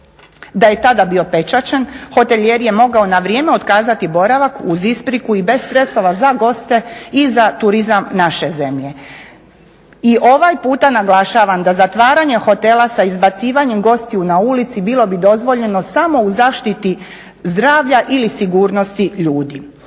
Da je tada bio pečaćen, hotelijer je mogao na vrijeme otkazati boravak uz ispriku i bez stresa za goste i za turizam naše zemlje. I ovaj puta naglašavam da zatvaranje hotela sa izbacivanjem gostiju na ulicu bilo bi dozvoljeno samo u zaštiti zdravlja ili sigurnosti ljudi.